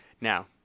Now